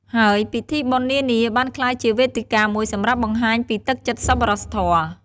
ហើយពិធីបុណ្យនានាបានក្លាយជាវេទិកាមួយសម្រាប់បង្ហាញពីទឹកចិត្តសប្បុរសធម៌។